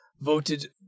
voted